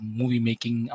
movie-making